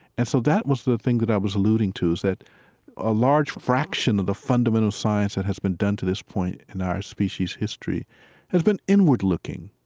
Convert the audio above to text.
and so that was the thing that i was alluding to is that a large fraction of the fundamental science that has been done to this point in our species' history has been inward-looking